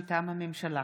מטעם הממשלה: